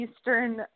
Eastern